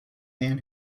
man